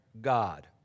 God